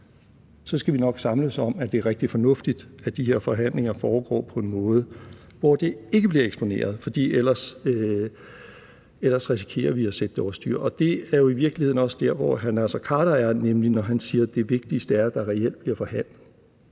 skal vi nok samles om, at det er rigtig fornuftigt, at de her forhandlinger foregår på en måde, hvor det ikke bliver eksponeret, for ellers risikerer vi at sætte det over styr. Og det er jo i virkeligheden også der, hvor hr. Naser Khader er, nemlig når han siger: Det vigtigste er, at der reelt bliver forhandlet